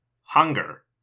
Hunger